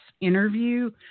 interview